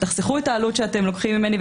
תחסכו את העלות שאתם לוקחים ממני,